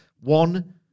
one